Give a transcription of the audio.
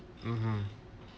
mmhmm